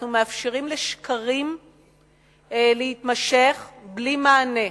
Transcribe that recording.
אנחנו מאפשרים לשקרים להתמשך בלי מענה.